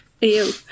Ew